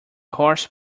horse